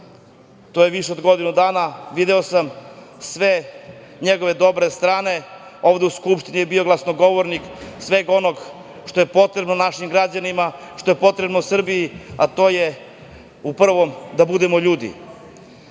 to je više od godinu dana, video sam sve njegove dobre strane. Ovde u Skupštini je bio glasnogovornik svega onoga što je potrebno našim građanima, što je potrebno Srbiji, a to je u prvom da budemo ljudi. Sa